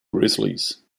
grizzlies